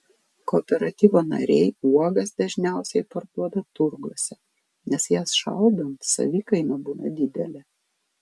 kooperatyvo nariai uogas dažniausiai parduoda turguose nes jas šaldant savikaina būna didelė